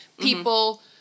people